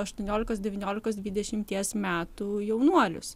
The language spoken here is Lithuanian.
aštuoniolikos devyniolikos dvidešimties metų jaunuolius